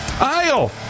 aisle